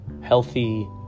healthy